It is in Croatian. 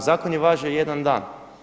Zakon je važio jedan dan.